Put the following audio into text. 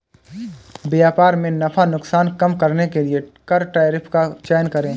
व्यापार में नफा नुकसान कम करने के लिए कर टैरिफ का चयन करे